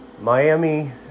Miami